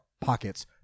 pockets